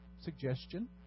suggestion